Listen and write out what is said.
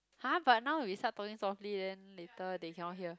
!huh! but now we start talking softly then later they cannot hear